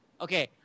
Okay